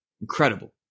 Incredible